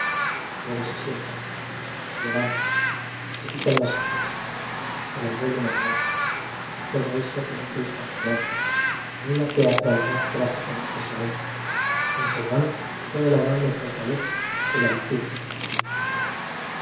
luego se sientan se levantan se quitan las capu chas se las vuelven a poner todo esto con un ritmo admirable con una teatralidad trá gicamente solemne conservando toda la enorme fortaleza de la litúrgica antigua